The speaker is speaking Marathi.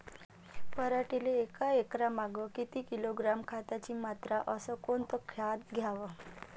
पराटीले एकरामागं किती किलोग्रॅम खताची मात्रा अस कोतं खात द्याव?